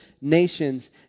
nations